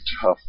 tough